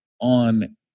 on